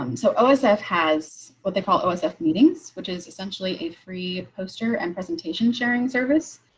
um so osf has what they call osf meetings, which is essentially a free poster and presentation sharing service.